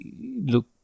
look